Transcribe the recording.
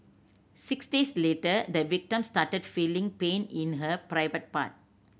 six days later the victim started feeling pain in her private part